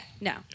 no